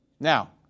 Now